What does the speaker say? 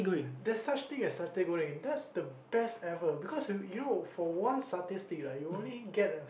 there's such thing as satay Goreng that's the best ever because you know you know for one satay stick right you only get a